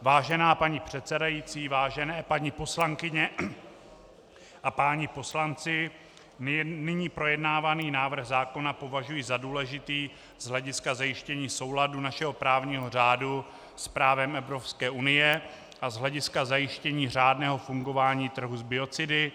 Vážená paní předsedající, vážené paní poslankyně a páni poslanci, nyní projednávaný návrh zákona považuji za důležitý z hlediska zajištění souladu našeho právního řádu s právem Evropské unie a z hlediska zajištění řádného fungování trhu s biocidy.